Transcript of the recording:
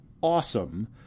awesome